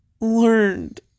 learned